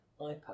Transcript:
iPad